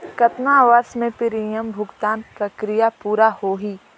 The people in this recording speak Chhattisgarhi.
कतना वर्ष मे प्रीमियम भुगतान प्रक्रिया पूरा होही?